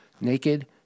naked